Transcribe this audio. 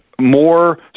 more